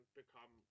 become